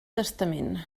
testament